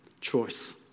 choice